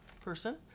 person